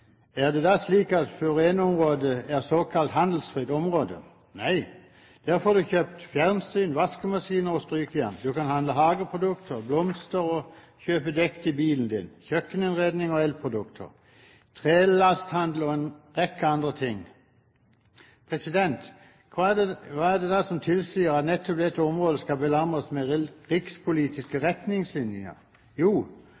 Er det da slik at Furene-området er såkalt handelsfritt område? Nei, der får du kjøpt fjernsyn, vaskemaskin og strykejern. Du kan handle hageprodukter og blomster, kjøpe dekk til bilen din og kjøpe kjøkkeninnredning og elprodukter. Det er trelasthandel og en rekke andre ting. Hva er det da som tilsier at nettopp dette området skal belemres med rikspolitiske retningslinjer? Jo,